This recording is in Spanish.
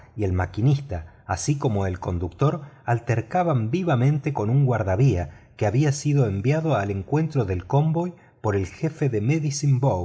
y el maquinista así como el conductor altercaban vivamente con un guardavía que habia sido enviado al encuentro del convoy por el jefe de medicine